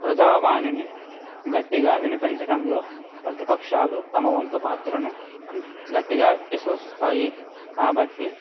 ప్రజావాణిని గట్టిగా వినిపించడంలో ప్రతిపక్షాలు తమ వంతు పాత్రను గట్టిగా విశ్వసిస్తాయి కాబట్టి